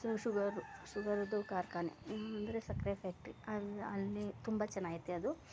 sugar ಶುಗುರ್ದು ಕಾರ್ಖಾನೆ ಅಂದರೆ ಸಕ್ಕರೆ ಫ್ಯಾಕ್ಟ್ರಿ ಅಲ್ಲಿ ಅಲ್ಲಿ ತುಂಬ ಚನಾಗಿದೆ ಅದು